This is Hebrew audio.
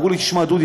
אמרו לי: דודי,